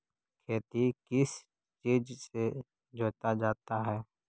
खेती किस चीज से जोता जाता है?